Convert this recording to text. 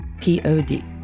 P-O-D